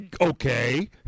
okay